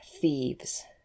thieves